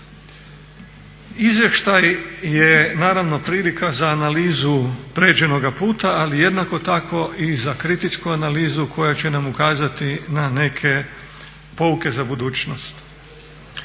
Izvještaj je naravno prilika za analizu pređenoga puta ali jednako tako i za kritičku analizu koja će nam ukazati na neke pouke za budućnost.